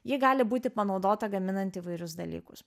ji gali būti panaudota gaminant įvairius dalykus